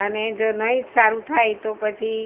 અને જો નહીં જ સારું થાય તો પછી